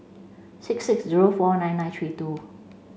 six six zero four nine nine three two